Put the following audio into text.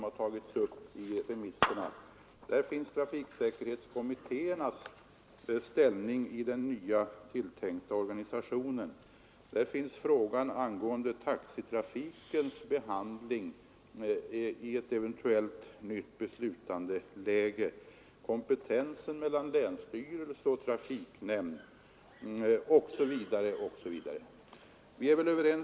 Här finns trafiksäkerhetskommittéernas ställning i den tilltänkta nya organisationen. Här finns frågan angående taxitrafikens behandling i ett eventuellt nytt beslutandeläge. Här finns frågan om kompetensfördelningen mellan länsstyrelse och trafiknämnd, osv.